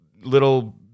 little